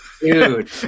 dude